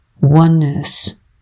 oneness